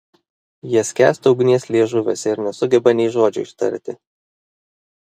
jie skęsta ugnies liežuviuose ir nesugeba nei žodžio ištari